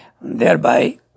Thereby